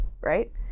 right